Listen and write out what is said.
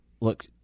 look